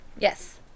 Yes